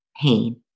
pain